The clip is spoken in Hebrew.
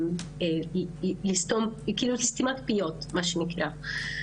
סתימת פיות מה שנקרא.